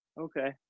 Okay